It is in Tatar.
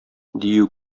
дию